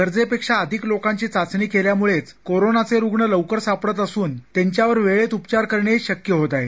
गरजेपेक्षा अधिक लोकांची चाचणी केल्यामुळेच कोरोनाचे रुग्ण लवकर सापडत असुन त्यांच्यावर वेळेत उपचार करणेही शक्य होते आहे